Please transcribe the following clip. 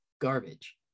garbage